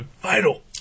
Vital